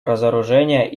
разоружения